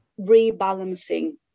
rebalancing